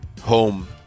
home